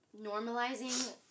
normalizing